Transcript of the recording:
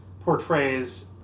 portrays